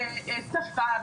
בשפה,